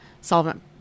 solvent